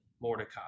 Mordecai